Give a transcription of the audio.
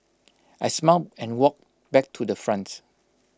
I smiled and walked back to the front